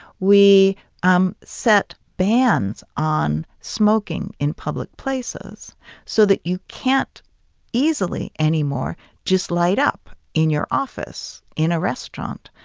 we um set bans on smoking in public places so that you can't easily anymore just light up in your office, in a restaurant,